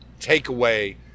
takeaway